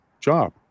job